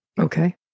Okay